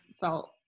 felt